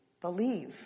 believe